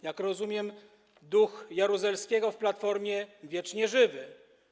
Jak rozumiem, duch Jaruzelskiego w Platformie jest wiecznie żywy.